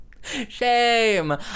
Shame